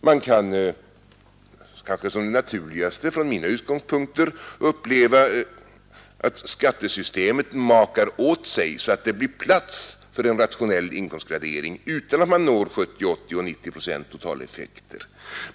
Man kan — kanske som det naturligaste från mina utgångspunkter — uppleva att skattesystemet makar åt sig så att det blir plats för en rationell inkomstgradering utan att man når 70, 80 och 90 procents totaleffekter.